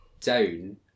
down